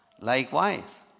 Likewise